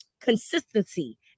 consistency